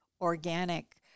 organic